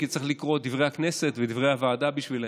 כי צריך לקרוא את דברי הכנסת ודברי הוועדה בשבילם: